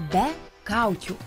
be kaukių